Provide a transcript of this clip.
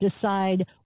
Decide